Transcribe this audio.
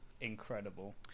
incredible